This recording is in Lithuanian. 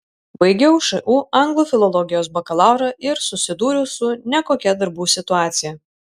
baigiau šu anglų filologijos bakalaurą ir susidūriau su nekokia darbų situacija